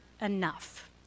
enough